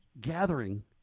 gathering